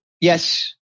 Yes